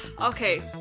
Okay